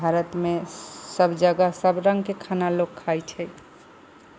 भारतमे सब जगह सब रङ्गके खाना लोक खाइ छै